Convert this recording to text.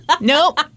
Nope